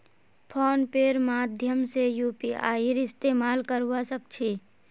phone पेर माध्यम से यूपीआईर इस्तेमाल करवा सक छी